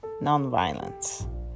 nonviolence